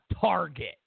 Target